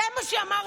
זה מה שאמרתי.